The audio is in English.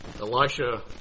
Elisha